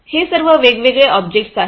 हे सर्व वेगवेगळे ऑब्जेक्ट्स आहेत